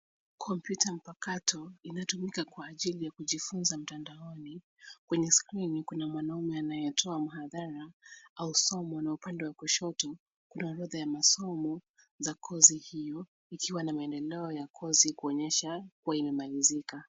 Kompyuta mpakato, inatumika kwa ajili ya kujifunza mtandaoni. Kwenye skrini, kuna mwanaume anayetoa mhadhara au somo na upande wa kushoto, kuna orodha ya masomo za kozi hiyo, ikiwa na maendeleo ya kozi, kuonyesha kuwa imemalizika.